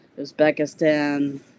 Uzbekistan